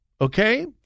Okay